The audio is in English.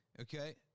okay